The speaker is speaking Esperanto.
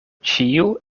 ĉiu